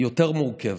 היא יותר מורכבת.